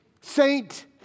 Saint